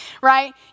right